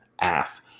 ass